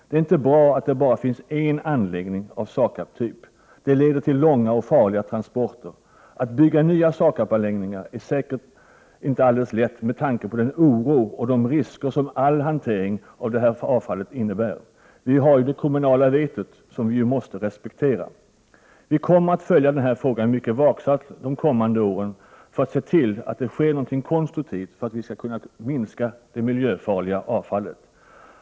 Det är inte bra att det bara finns en anläggning av SAKAB-typ. Det leder till långa och farliga transporter. Att bygga nya SAKAB-anläggningar är inte alldeles lätt med tanke på den oro och de risker som all hantering av det miljöfarliga avfallet innebär. Vi har ju det kommunala vetot, som vi måste respektera. Vi kommer att följa denna fråga mycket vaksamt de följande åren för att se till att det sker någonting konstruktivt för att vi skall kunna minska det miljöfarliga avfallet.